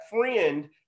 friend